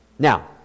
Now